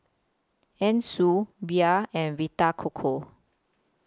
Anna Sui Bia and Vita Coco